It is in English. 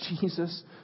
Jesus